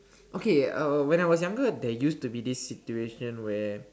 okay uh when I was younger there used to be this situation where